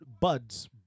buds